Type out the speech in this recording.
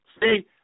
See